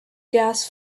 gas